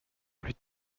plus